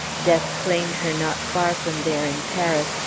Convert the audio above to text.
death claimed her not far from there, in paris,